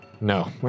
No